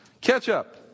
Catch-up